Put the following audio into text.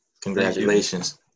Congratulations